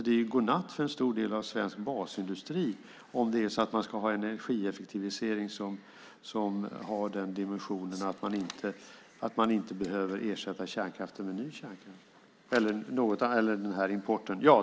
Det är god natt för en stor del av svensk basindustri om man ska ha en energieffektivisering som har den dimensionen att man inte behöver ersätta kärnkraften med ny kärnkraft eller med den här importen.